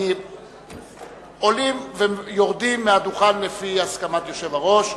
עולים ויורדים מהדוכן לפי הסכמת היושב-ראש.